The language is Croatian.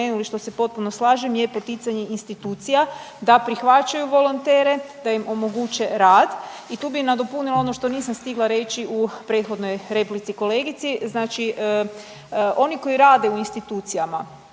što se potpuno slažem je poticanje institucija da prihvaćaju volontere, da im omoguće rad i tu bih nadopunila ono što nisam stigla reći u prethodnoj replici kolegici, znači oni koji rade u institucijama